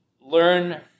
learn